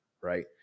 right